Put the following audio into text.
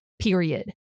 period